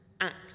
act